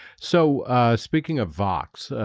so, ah speaking of vox, ah,